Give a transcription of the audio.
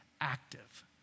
active